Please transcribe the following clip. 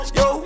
yo